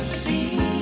see